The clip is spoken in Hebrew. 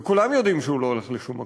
וכולם יודעים שהוא לא הולך לשום מקום,